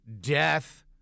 death